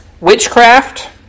Witchcraft